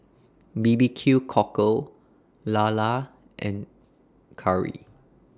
B B Q Cockle Lala and Curry